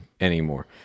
anymore